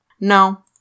No